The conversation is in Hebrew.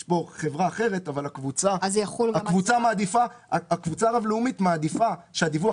יש פה חברה אחרת אבל הקבוצה הרב לאומית מעדיפה שהדיווח